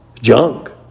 Junk